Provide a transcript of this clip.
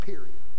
period